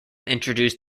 introduced